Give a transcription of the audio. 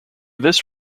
this